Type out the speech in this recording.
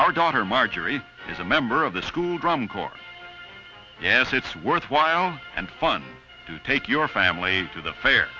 our daughter marjorie is a member of the school drum corps yes it's worthwhile and fun to take your family to the fair